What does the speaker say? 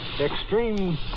extreme